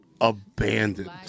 abandoned